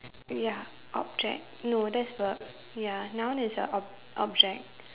ya object no that's verb ya noun is a ob~ object